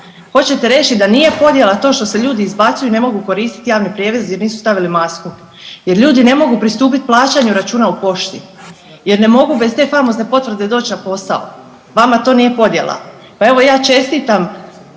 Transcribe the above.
Hoćete reći da nije podjela to što se ljudi izbacuju i ne mogu koristiti javni prijevoz jer nisu stavili masku jer ljudi ne mogu pristupiti plaćanju računa u pošti jer ne mogu bez te famozne potvrde doć na posao? Vama to nije podjela? Pa evo ja čestitam